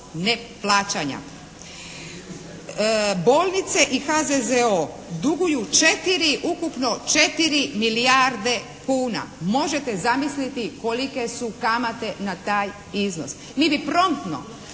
neplaćanja. Bolnice i HZZO duguju 4, ukupno 4 milijarde kuna. Možete zamisliti kolike su kamate na taj iznos. mi bi promptno